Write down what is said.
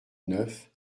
neuf